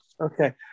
Okay